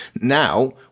Now